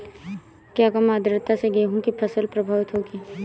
क्या कम आर्द्रता से गेहूँ की फसल प्रभावित होगी?